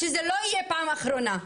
שזה לא יהיה פעם אחרונה.